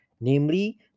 Namely